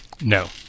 No